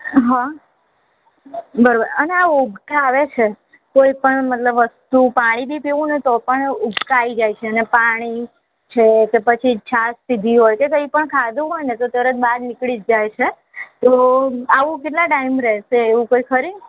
હા બરાબર અને આ ઉબકા આવે છે કોઈ પણ મતલબ વસ્તુ પાણી પણ પીવું ને તો પણ ઊબકા આવી જાય છે અને પાણી છે કે પછી છાશ પીધી હોય કે કંઈ પણ ખાધું હોય ને તો તરત બહાર નીકળી જ જાય છે તો આવું કેટલા ટાઇમ રહેશે એવું કંઈ ખરી